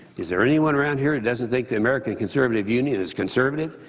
is there anyone around here who doesn't think the american conservative union is conservative?